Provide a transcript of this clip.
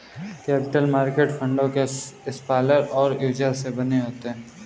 capital market फंडों के supplier और यूजर से बने होते हैं